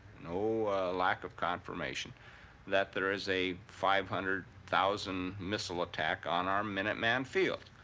no lack of confirmation that there is a five hundred thousand missile attack on our minuteman field?